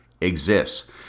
exists